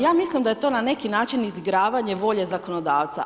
Ja mislim da je to na neki način izigravanje volje zakonodavca.